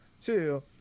Two